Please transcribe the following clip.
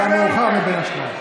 שחרר אותם.